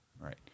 Right